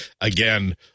again